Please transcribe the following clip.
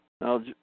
Now